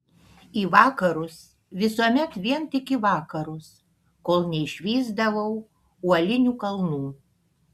į vakarus visuomet vien tik į vakarus kol neišvysdavau uolinių kalnų